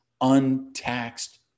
untaxed